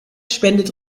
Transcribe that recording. spendet